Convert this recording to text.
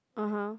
(uh huh)